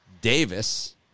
Davis